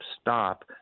stop